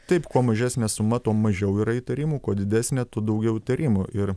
taip kuo mažesnė suma tuo mažiau yra įtarimų kuo didesnė tuo daugiau įtarimų ir